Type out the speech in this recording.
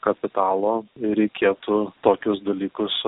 kapitalo reikėtų tokius dalykus